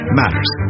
matters